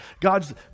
God's